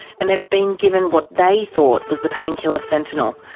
and they've been given what they thought was the painkiller fentanyl,